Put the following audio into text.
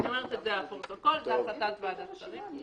זו החלטת ועדת שרים.